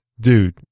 dude